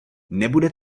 nebude